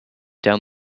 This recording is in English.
down